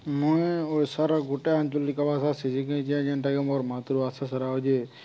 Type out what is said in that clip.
ମୁଇଁ ଓଡ଼ିଶାର ଗୋଟେ ଆଞ୍ଚଳିକ ଭାଷା ଶିଖିଛି ଯେନ୍ଟାକି ମୋର ମାତୃଭାଷା ସେଟା ହେଉଛେ